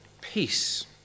peace